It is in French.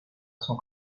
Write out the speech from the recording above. son